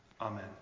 Amen